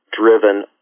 driven